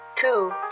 two